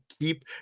keep